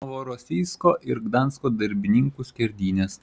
novorosijsko ir gdansko darbininkų skerdynės